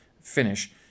finish